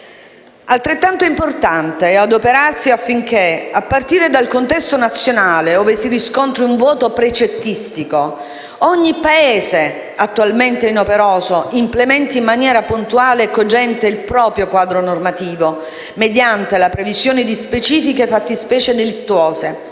altrettanto importante adoperarsi affinché, a partire dal contesto nazionale, ove si riscontri un vuoto precettistico, ogni Paese attualmente inoperoso implementi in maniera puntuale e cogente il proprio quadro normativo, mediante la previsione di specifiche fattispecie delittuose,